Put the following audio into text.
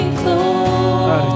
close